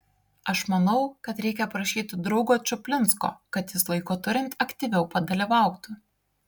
aš manau kad reikia prašyti draugo čuplinsko kad jis laiko turint aktyviau padalyvautų